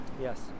yes